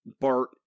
Bart